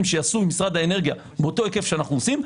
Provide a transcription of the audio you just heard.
שיעשו עם משרד האנרגיה באותו בהיקף שאנו עושים.